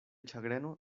ĉagreno